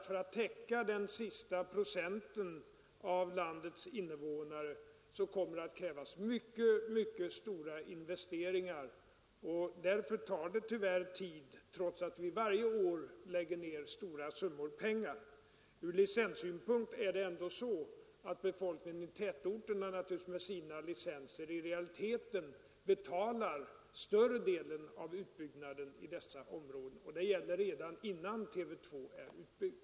För att täcka den sista procenten av landets invånare med TV 2 kommer det att krävas mycket, mycket stora investeringar, och därför tar det tyvärr tid trots att vi varje år lägger ned stora penningsummor. Från licenssynpunkt är det också så att befolkningen i tätorterna med sina licenser i realiteten betalar större delen av utbyggnaden i dessa områden; det gäller redan innan TV 2 är utbyggd.